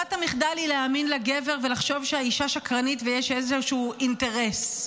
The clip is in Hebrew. ברירת המחדל היא להאמין לגבר ולחשוב שהאישה שקרנית ויש איזשהו אינטרס.